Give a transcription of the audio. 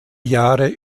jahre